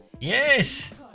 Yes